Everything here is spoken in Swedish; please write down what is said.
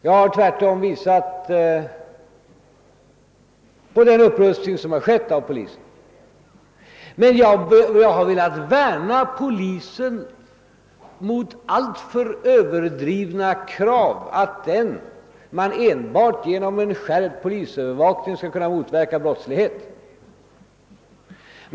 Jag har tvärtom visat på den upprustning som har gjorts av polisen. Men jag har velat värna polisen mot alltför överdrivna krav, att man enbart genom en skärpt polisövervakning skall kunna motverka brottslighet.